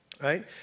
right